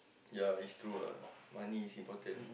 ya it's true lah money is important